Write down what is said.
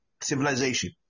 civilization